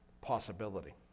possibility